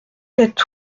sept